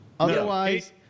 Otherwise